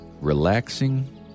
relaxing